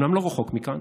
אומנם לא רחוק מכאן